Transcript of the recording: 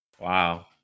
wow